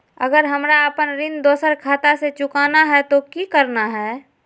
अगर हमरा अपन ऋण दोसर खाता से चुकाना है तो कि करना है?